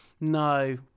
no